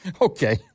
Okay